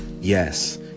Yes